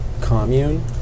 commune